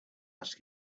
ask